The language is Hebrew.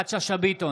יפעת שאשא ביטון,